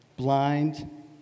Blind